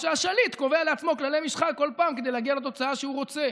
או שהשליט קובע לעצמו כללי משחק בכל פעם כדי להגיע לתוצאה שהוא רוצה.